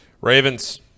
Ravens